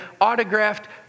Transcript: autographed